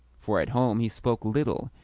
for at home he spoke little,